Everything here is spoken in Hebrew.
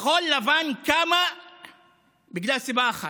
כחול לבן קמה מסיבה אחת: